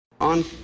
On